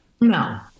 no